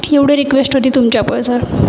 एवढी रिक्वेस्ट होती तुमच्यापुळे सर